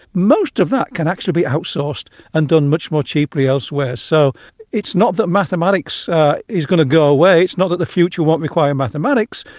most of that can actually be outsourced and done much more cheaply elsewhere. so it's not that mathematics is going to go away, it's not that the future won't require mathematics,